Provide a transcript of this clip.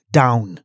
down